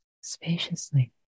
spaciously